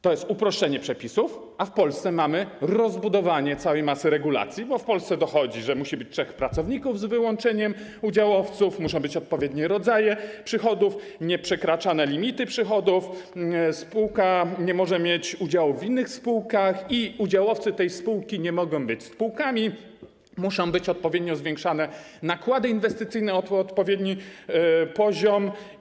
To jest uproszczenie przepisów, a w Polsce mamy rozbudowanie całej masy regulacji, bo w Polsce dochodzą dodatkowe elementy: musi być trzech pracowników z wyłączeniem udziałowców, muszą być odpowiednie rodzaje przychodów, nieprzekraczane limity przychodów, spółka nie może mieć udziałów w innych spółkach i udziałowcy tej spółki nie mogą być spółkami, muszą być odpowiednio zwiększane nakłady inwestycyjne, odpowiedni poziom.